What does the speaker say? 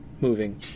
moving